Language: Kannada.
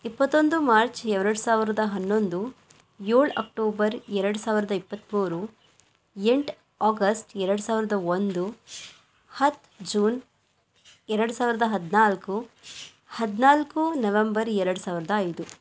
ಇಪ್ಪತ್ತೊಂದು ಮಾರ್ಚ್ ಎರಡು ಸಾವಿರದ ಹನ್ನೊಂದು ಏಳು ಅಕ್ಟೋಬರ್ ಎರಡು ಸಾವಿರದ ಇಪ್ಪತ್ತ್ಮೂರು ಎಂಟು ಆಗಸ್ಟ್ ಎರಡು ಸಾವಿರದ ಒಂದು ಹತ್ತು ಜೂನ್ ಎರಡು ಸಾವಿರದ ಹದಿನಾಲ್ಕು ಹದಿನಾಲ್ಕು ನವೆಂಬರ್ ಎರಡು ಸಾವಿರದ ಐದು